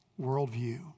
worldview